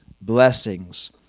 blessings